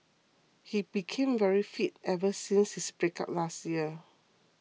he became very fit ever since his breakup last year